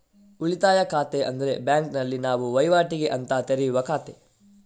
ಉಳಿತಾಯ ಖಾತೆ ಅಂದ್ರೆ ಬ್ಯಾಂಕಿನಲ್ಲಿ ನಾವು ವೈವಾಟಿಗೆ ಅಂತ ತೆರೆಯುವ ಖಾತೆ